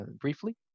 briefly